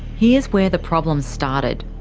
here's where the problems started.